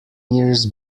years